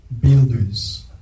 builders